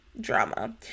drama